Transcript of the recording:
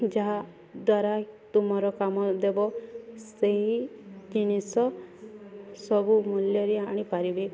ଯାହା ଦ୍ୱାରା ତୁମର କାମ ଦେବ ସେହି ଜିନିଷ ସବୁ ମୂଲ୍ୟରେ ଆଣିପାରିବେ